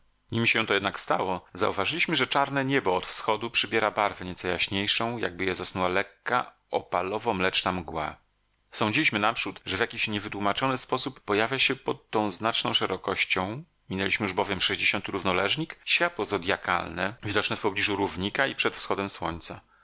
nim się to jednak stało zauważyliśmy że czarne niebo od wschodu przybiera barwę nieco jaśniejszą jakby je zasnuła lekka opalowo mleczna mgła sądziliśmy naprzód że w jakiś niewytłumaczony sposób pojawia się pod tą znaczną szerokością minęliśmy już bowiem sześćdziesiąty równoleżnik światło zodjakalne widoczne w pobliżu równika i przed wschodem słońca